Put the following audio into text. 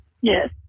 yes